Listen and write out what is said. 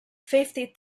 fifty